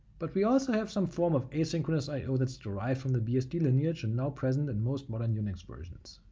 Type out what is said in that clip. but we also have some form of asynchronous i o that's derived from the bsd lineage and now present in most modern unix versions.